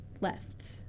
left